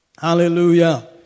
Hallelujah